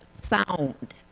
sound